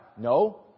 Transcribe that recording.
No